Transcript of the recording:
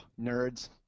nerds